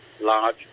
large